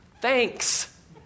Thanks